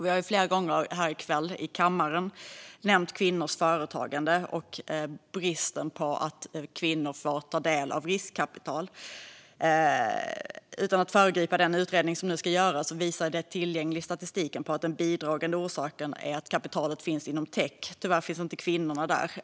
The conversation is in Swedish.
Vi har flera gånger här i kammaren i kväll nämnt kvinnors företagande och bristen på riskkapital för kvinnor. Utan att föregripa den utredning som nu ska göras kan jag säga att den tillgängliga statistiken visar att en bidragande orsak är att kapitalet finns inom techverksamheten. Tyvärr finns inte kvinnorna där.